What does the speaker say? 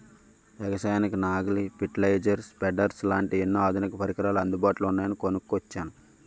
ఎగసాయానికి నాగలి, fertiliser, spreaders లాంటి ఎన్నో ఆధునిక పరికరాలు అందుబాటులో ఉన్నాయని కొనుక్కొచ్చాను